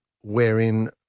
wherein